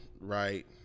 right